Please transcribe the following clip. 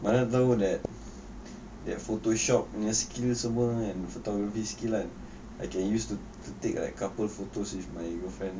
mana lah tahu that that photoshop punya skills semua kan photography skill kan I can use to to take ah couple photos with my girlfriend